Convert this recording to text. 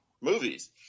movies